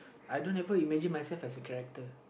I don't ever imagine myself as a character